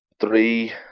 three